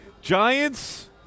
Giants